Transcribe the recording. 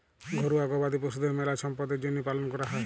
ঘরুয়া গবাদি পশুদের মেলা ছম্পদের জ্যনহে পালন ক্যরা হয়